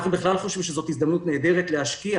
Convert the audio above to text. אנחנו בכלל חושבים שזו הזדמנות נהדרת להשקיע